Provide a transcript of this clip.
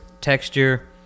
texture